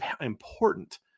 important